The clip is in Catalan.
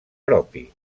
propi